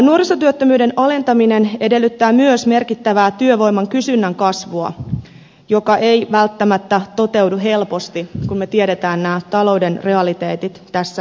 nuorisotyöttömyyden alentaminen edellyttää myös merkittävää työvoiman kysynnän kasvua joka ei välttämättä toteudu helposti kun me tiedämme nämä talouden realiteetit tässä hetkessä